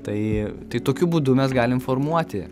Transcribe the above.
tai tai tokiu būdu mes galim formuoti